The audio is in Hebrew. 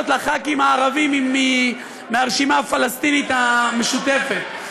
לח"כים הערבים מהרשימה הפלסטינית המשותפת.